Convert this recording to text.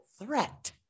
threat